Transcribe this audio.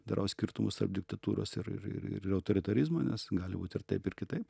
darau skirtumus tarp diktatūros ir ir ir autoritarizmo nes gali būt ir taip ir kitaip